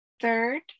Third